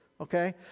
Okay